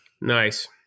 Nice